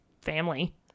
family